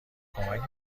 کمک